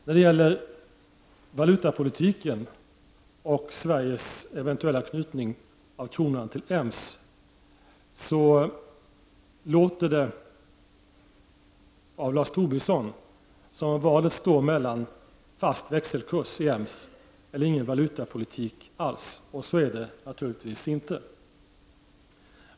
Vidare har vi valutapolitiken och den eventuella knytningen av den svenska kronan till EMS. Enligt Lars Tobisson låter det som om valet står mellan fast växelkurs i EMS eller ingen valutapolitik alls. Så är det naturligtvis inte.